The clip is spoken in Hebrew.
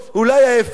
אולי ההיפך,